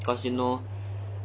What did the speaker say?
err